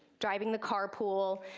driving the carpool,